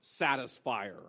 satisfier